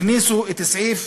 הכניסו את הסעיף